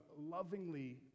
lovingly